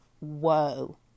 whoa